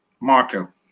Marco